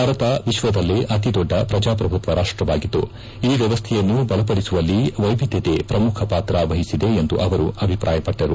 ಭಾರತ ವಿಶ್ವದಲ್ಲೇ ಅತಿದೊಡ್ಡ ಪ್ರಜಾಪ್ರಭುತ್ವ ರಾಷ್ಟವಾಗಿದ್ದು ಈ ವ್ಯವಸ್ಥೆಯನ್ನು ಬಲಪಡಿಸುವಲ್ಲಿ ವ್ಯವಿಧ್ದತೆ ಪ್ರಮುಖ ಪಾತ್ರ ವಹಿಸಿದೆ ಎಂದು ಅವರು ಅಭಿಪ್ರಾಯಪಟ್ಟಿದ್ದಾರೆ